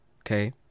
Okay